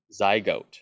zygote